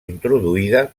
introduïda